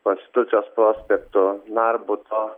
konstitucijos prospektu narbuto